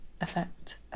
effect